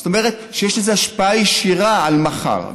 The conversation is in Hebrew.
זאת אומרת שיש לזה השפעה ישירה על מחר.